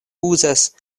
uzas